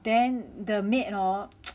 then the maid hor